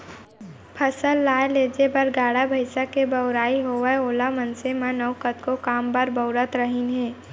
फसल लाए लेजे बर गाड़ा भईंसा के बउराई होवय ओला मनसे मन अउ कतको काम बर बउरत रहिन हें